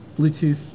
Bluetooth